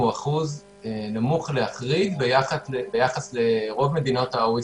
הוא אחוז נמוך להחריד ביחס לרוב מדינות ה-OECD.